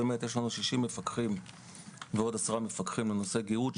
יש לנו 60 מפקחים ועוד 10 מפקחים בנושא גהות,